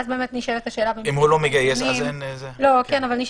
ואז נשאלת השאלה במסגרת האיזונים,